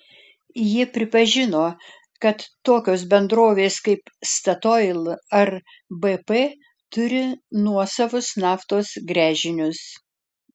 ji pripažino kad tokios bendrovės kaip statoil ar bp turi nuosavus naftos gręžinius